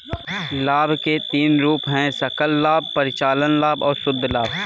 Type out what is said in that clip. लाभ के तीन रूप हैं सकल लाभ, परिचालन लाभ और शुद्ध लाभ